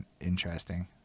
interesting